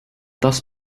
thus